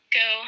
go